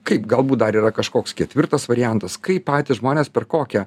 kaip galbūt dar yra kažkoks ketvirtas variantas kaip patys žmonės per kokią